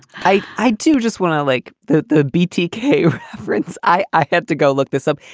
i i do just what i like the the btk reference. i i had to go look this up.